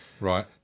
right